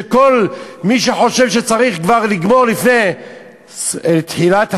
שכל מי שחושב שצריך כבר לגמור לפני תחילת,